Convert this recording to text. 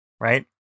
right